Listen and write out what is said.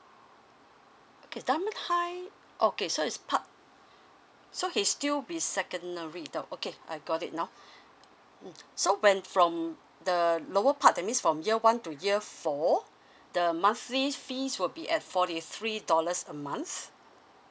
okay dunman high okay so is part so he's still be secondary now okay I got it now mm so when from the lower part that means from year one to year four the monthly fees will be at forty three dollars a month